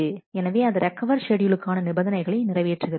எனவே அது ரெக்கவர் ஷெட்யூலுக்கான நிபந்தனைகளை நிறைவேற்றுகிறது